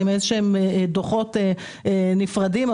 עם דוחות נפרדים,